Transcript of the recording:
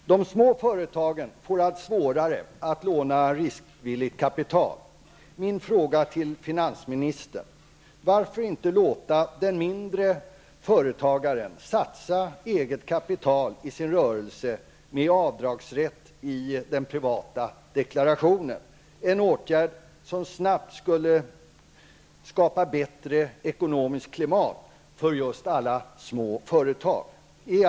Fru talman! De små företagen får allt svårare att låna riskvilligt kapital. Min fråga till finansministern är: Varför inte låta den mindre företagaren satsa eget kapital i sin rörelse med avdragsrätt i den privata deklarationen? Det är en åtgärd som snabbt skulle skapa bättre ekonomiskt klimat för just alla små företag.